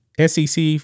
SEC